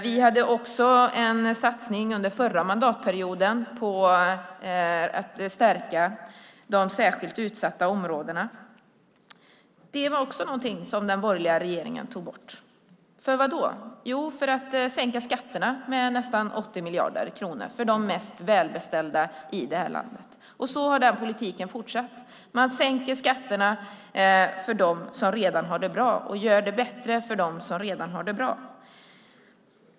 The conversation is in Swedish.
Vi hade också en satsning under förra mandatperioden på att stärka de särskilt utsatta områdena. Det var också någonting som den borgerliga regeringen tog bort. För vad då? Jo, för att sänka skatterna med nästan 80 miljarder kronor för de mest välbeställda i landet. Så har den politiken fortsatt. Man sänker skatterna och gör det bättre för dem som redan har det bra.